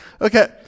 Okay